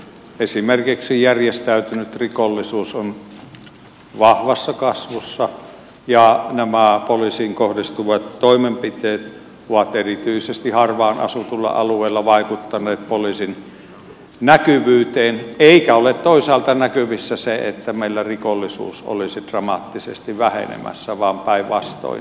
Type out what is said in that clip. esimerkiksi järjestäytynyt rikollisuus on vahvassa kasvussa ja nämä poliisiin kohdistuvat toimenpiteet ovat erityisesti harvaan asutulla alueella vaikuttaneet poliisin näkyvyyteen eikä ole toisaalta näkyvissä se että meillä rikollisuus olisi dramaattisesti vähenemässä vaan päinvastoin